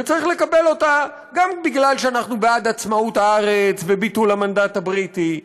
צריך לקבל אותה גם בגלל שאנחנו בעד עצמאות הארץ וביטול המנדט הבריטי,